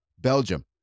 Belgium